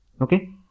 Okay